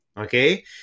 Okay